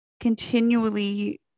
continually